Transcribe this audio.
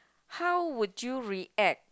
how would you react